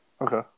okay